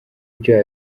byo